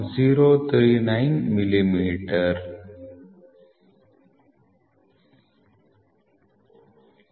039 mm For Hole the fundamental deviation is zero Hole Limits L